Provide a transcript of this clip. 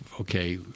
okay